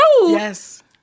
Yes